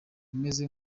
umeze